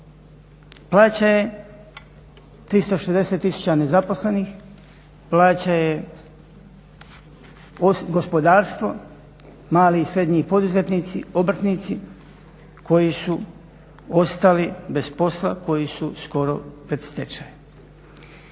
Plaća je 360 000 nezaposlenih, plaća je gospodarstvo, mali i srednji poduzetnici, obrtnici koji su ostali bez posla, koji su skoro pred stečajem.